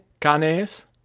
canes